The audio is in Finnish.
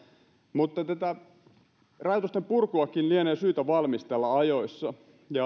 mutta tätä rajoitusten purkuakin lienee syytä valmistella ajoissa